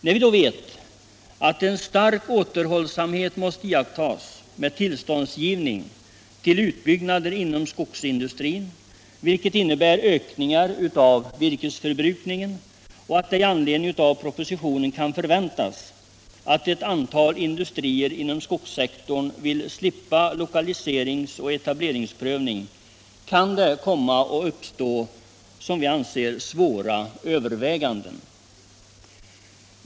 När vi då vet att en stark återhållsamhet måste iakttas med tillståndsgivning till utbyggnader inom skogsindustrin, vilka innebär ökningar av virkesförbrukningen, och att det i anledning av propositionen kan förväntas att ett antal industrier inom skogssektorn vill slippa lokaliseringsoch etableringsprövning kan det komma att uppstå som vi anser svåra överväganden.